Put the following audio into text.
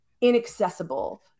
inaccessible